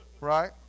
Right